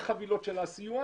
החממה.